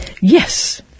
Yes